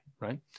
right